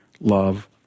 love